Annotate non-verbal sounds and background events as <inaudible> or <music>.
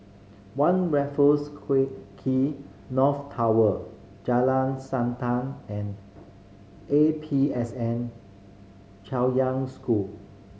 One Raffles Quay <unintelligible> North Tower Jalan Siantan and A P S N Chaoyang School